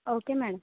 okay madam